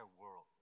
world